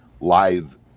live